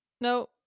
no